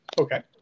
Okay